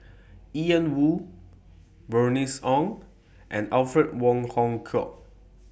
Ian Woo Bernice Ong and Alfred Wong Hong Kwok